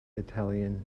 italian